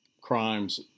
crimes